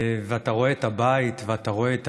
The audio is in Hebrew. אתה רואה את הבית, ואתה רואה את